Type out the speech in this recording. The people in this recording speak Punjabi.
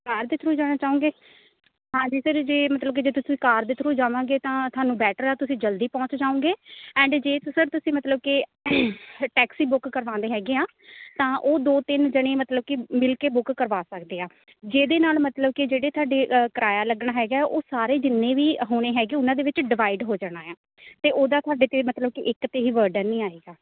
ਕਾਰ ਦੇ ਥਰੂ ਜਾਣਾ ਚਾਹੋਗੇ ਹਾਂਜੀ ਸਰ ਜੇ ਮਤਲਬ ਕਿ ਜੇ ਤੁਸੀਂ ਕਾਰ ਦੇ ਥਰੂ ਜਾਵਾਂਗੇ ਤਾਂ ਤੁਹਾਨੂੰ ਬੈਟਰ ਆ ਤੁਸੀਂ ਜਲਦੀ ਪਹੁੰਚ ਜਾਓਗੇ ਐਂਡ ਜੇ ਤੁਸ ਸਰ ਤੁਸੀਂ ਮਤਲਬ ਕਿ ਟੈਕਸੀ ਬੁੱਕ ਕਰਵਾਉਂਦੇ ਹੈਗੇ ਆ ਤਾਂ ਉਹ ਦੋ ਤਿੰਨ ਜਣੇ ਮਤਲਬ ਕਿ ਮਿਲ ਕੇ ਬੁੱਕ ਕਰਵਾ ਸਕਦੇ ਆ ਜਿਹਦੇ ਨਾਲ ਮਤਲਬ ਕਿ ਜਿਹੜੇ ਤੁਹਾਡੇ ਕਿਰਾਇਆ ਲੱਗਣਾ ਹੈਗਾ ਉਹ ਸਾਰੇ ਜਿੰਨੇ ਵੀ ਹੋਣੇ ਹੈਗੇ ਉਹਨਾਂ ਦੇ ਵਿੱਚ ਡਿਵਾਈਡ ਹੋ ਜਾਣਾ ਆ ਅਤੇ ਉਹਦਾ ਤੁਹਾਡੇ 'ਤੇ ਮਤਲਬ ਕਿ ਇੱਕ 'ਤੇ ਹੀ ਵਰਡਨ ਨਹੀਂ ਆਏਗਾ